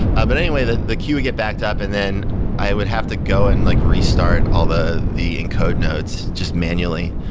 ah but anyway, the the queue would get backed up and then i would have to go and like restart all the the encode nodes just manually.